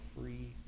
free